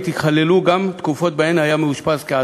ייכללו גם תקופות שבהן היה מאושפז כעצור.